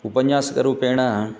उपन्यासकरूपेण